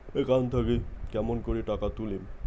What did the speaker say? Account থাকি কেমন করি টাকা তুলিম?